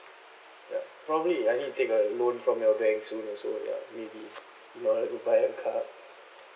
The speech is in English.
ya probably I need take a loan from your bank soon also ya maybe in order to buy a car